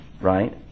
right